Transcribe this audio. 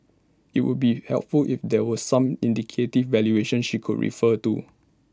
IT would be helpful if there were some indicative valuation she could refer to